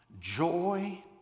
joy